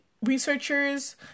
Researchers